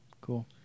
Cool